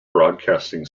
broadcasting